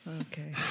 Okay